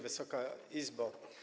Wysoka Izbo!